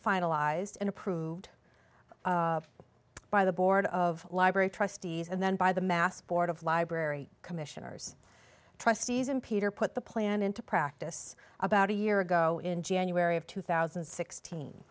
finalized and approved by the board of library trustees and then by the mass board of library commissioners trustees and peter put the plan into practice about a year ago in january of two thousand and sixteen